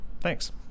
Thanks